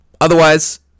Otherwise